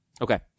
Okay